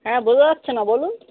হ্যাঁ বোঝা যাচ্ছে না বলুন